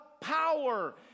power